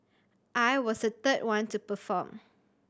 I was the third one to perform